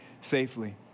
safely